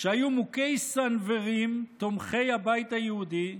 שהיו מוכי סנוורים, תומכי הבית היהודי,